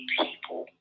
people